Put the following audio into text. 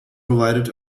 provided